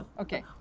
Okay